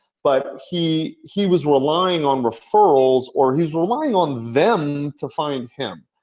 but he he was relying on referrals or he's relying on them to find him.